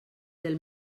del